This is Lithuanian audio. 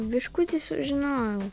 biškutį sužinojau